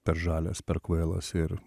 per žalias per kvailas ir